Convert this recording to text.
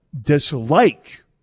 dislike